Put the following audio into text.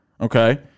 Okay